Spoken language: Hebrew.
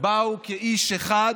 באו כאיש אחד